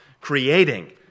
creating